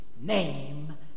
name